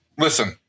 Listen